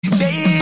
baby